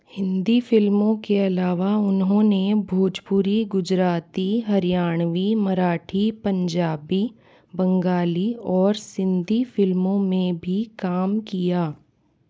हिंदी फ़िल्मों के अलावा उन्होंने भोजपुरी गुजराती हरियाणवी मराठी पंजाबी बंगाली और सिंधी फ़िल्मों में भी काम किया